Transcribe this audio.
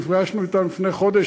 נפגשנו אתם לפני חודש.